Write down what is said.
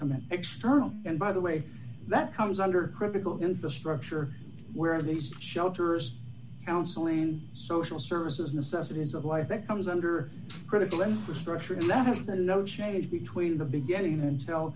come in external and by the way that comes under critical infrastructure where in these shelters counseling social services necessities of life that comes under critical infrastructure and that has been no change between the beginning and